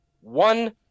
One